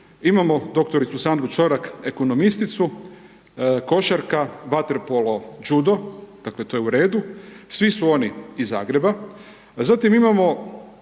imamo dr. Sandu Čorak, ekonomisticu, košarka, vaterpolo, judo. Dakle to je u redu. Svi su oni iz Zagreba.